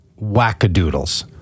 wackadoodles